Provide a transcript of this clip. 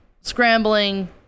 scrambling